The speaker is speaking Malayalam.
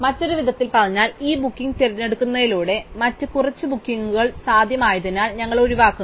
മറ്റൊരു വിധത്തിൽ പറഞ്ഞാൽ ഈ ബുക്കിംഗ് തിരഞ്ഞെടുക്കുന്നതിലൂടെ മറ്റ് കുറച്ച് ബുക്കിംഗുകൾ സാധ്യമായതിനാൽ ഞങ്ങൾ ഒഴിവാക്കുന്നു